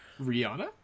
Rihanna